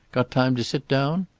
got time to sit down?